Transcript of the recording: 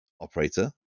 operator